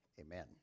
Amen